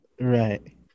Right